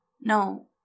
No